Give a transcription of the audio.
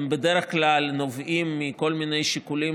הן בדרך כלל נובעות מכל מיני שיקולים